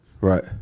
Right